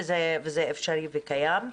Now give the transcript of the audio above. וזה אפשרי וקיים.